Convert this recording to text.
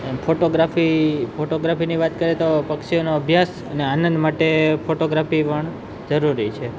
અને ફોટોગ્રાફી ફોટોગ્રાફીની વાત કરીએ તો પક્ષીઓનો અભ્યાસ અને આનંદ માટે ફોટોગ્રાફી પણ જરૂરી છે